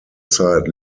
zeit